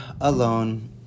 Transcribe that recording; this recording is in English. alone